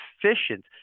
efficient